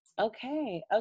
Okay